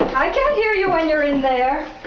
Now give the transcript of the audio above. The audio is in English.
i can't hear you when you're in there